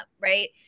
right